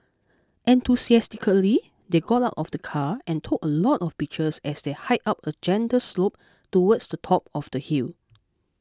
enthusiastically they got out of the car and took a lot of pictures as they hiked up a gentle slope towards the top of the hill